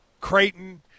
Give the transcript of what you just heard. Creighton